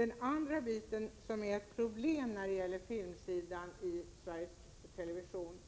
Ett annat problem när det gäller Sveriges Televisions